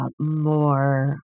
more